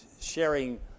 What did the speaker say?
sharing